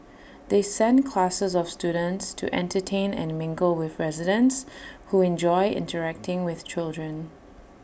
they send classes of students to entertain and mingle with residents who enjoy interacting with children